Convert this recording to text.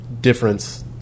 difference